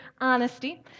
honesty